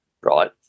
right